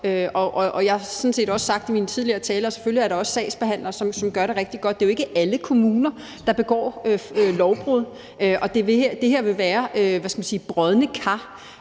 sådan set også sagt i mine tidligere taler, at selvfølgelig er der også sagsbehandlere, som gør det rigtig godt. Det er jo ikke alle kommuner, der begår lovbrud, og det her vil være – hvad skal man sige – brodne kar.